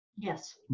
Yes